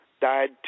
died